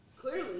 Clearly